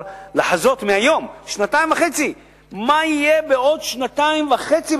לחזות מהיום מה יהיה בעוד שנתיים וחצי,